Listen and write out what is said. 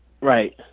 Right